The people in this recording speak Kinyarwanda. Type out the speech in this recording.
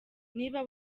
niba